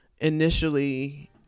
initially